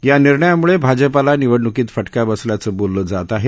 या निर्णयांमुळे भाजपाला निवडणुकीत फटका बसल्याचं बोललं जात आहे